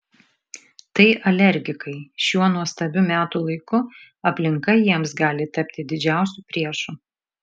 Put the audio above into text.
tai alergikai šiuo nuostabiu metų laiku aplinka jiems gali tapti didžiausiu priešu